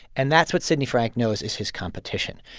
and that's what sidney frank knows is his competition.